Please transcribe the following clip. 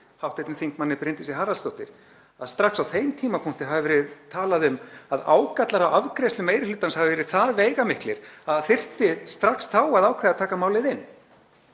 hjá hv. þm. Bryndísi Haraldsdóttur, að strax á þeim tímapunkti hafi verið talað um að ágallar á afgreiðslu meiri hlutans hafi verið það veigamiklir að það þyrfti strax þá að ákveða að taka málið inn.